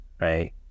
right